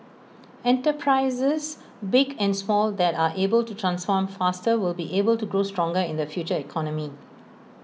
enterprises big and small that are able to transform faster will be able to grow stronger in the future economy